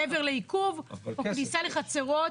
מעבר לעיכוב או כניסה לחצרות.